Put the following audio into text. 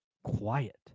Quiet